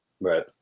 Right